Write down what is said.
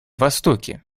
востоке